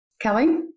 Kelly